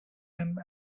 him